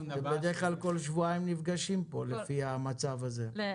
בדרך כלל כל שבועיים נפגשים פה לפי המצב הזה.